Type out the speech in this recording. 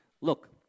Look